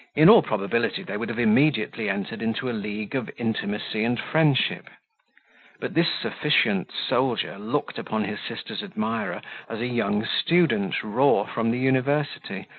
in all probability they would have immediately entered into a league of intimacy and friendship but this sufficient soldier looked upon his sister's admirer as a young student raw from the university,